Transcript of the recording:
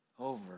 Over